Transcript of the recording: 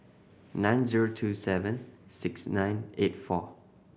nine zero two seven six nine eight four